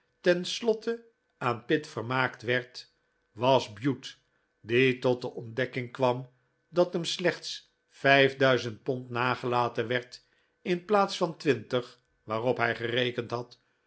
slotte aan pitt vermaakt werd was bute die tot de ontdekking kwam dat hem slechts vijf duizend pond nagelaten werd in plaats van de twintig waarop hij gerekend had